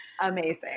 amazing